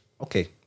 Okay